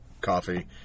Coffee